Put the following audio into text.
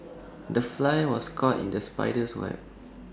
the fly was caught in the spider's web